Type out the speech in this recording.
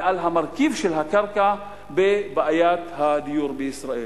ועל המרכיב של הקרקע בבעיית הדיור בישראל.